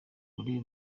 kure